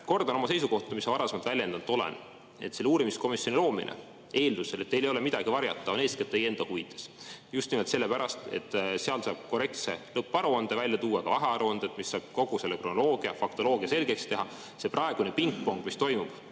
kordan oma seisukohta, mida ka varasemalt väljendanud olen. Selle uurimiskomisjoni loomine, eeldusel, et teil ei ole midagi varjata, on eeskätt teie enda huvides, just nimelt sellepärast, et seal saab korrektse lõpparuande välja tuua, ka vahearuanded, ja saab kogu selle kronoloogia ja faktoloogia selgeks teha. See praegune pingpong, mis toimub